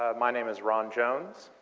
ah my name is ron jones.